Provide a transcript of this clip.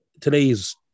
today's